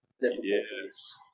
difficulties